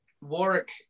Warwick